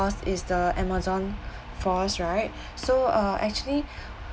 cause is the amazon forest right so uh actually